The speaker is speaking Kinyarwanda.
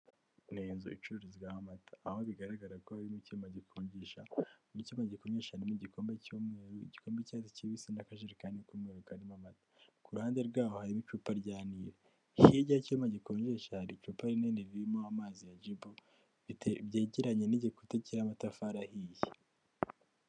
Iyi ni inzu icururizwamo amata aho bigaragara ko harimo icyuma gikonjesha, mu cyuma gikonjesha harimo igikombe cy'umweru, igikombe k'icyatsi ki bisi n'akajerekani k'umweru karimo amata. Ku ruhande rwaho hari n'icupa rya niri, hirya y'icyuma gikonjesha hari icyupa rinini ririmo amazi ya jibu, byegeranye n'igikuta cy'amatafari ahiye.